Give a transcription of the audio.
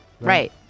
Right